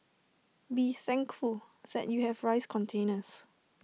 be thankful that you have rice containers